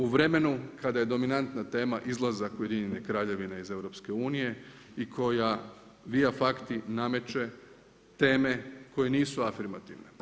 U vremenu kada je dominanta tema izlazak ujedinjene kraljevine iz EU i koja via fakti nameće teme koje nisu afirmativne.